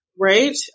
Right